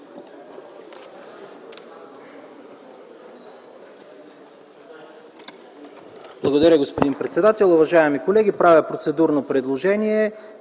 Благодаря, господин председател. Уважаеми колеги, правя процедурно предложение